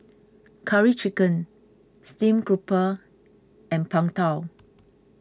Curry Chicken Steamed Grouper and Png Tao